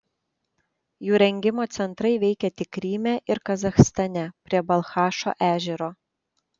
jų rengimo centrai veikė tik kryme ir kazachstane prie balchašo ežero